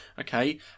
okay